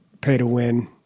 pay-to-win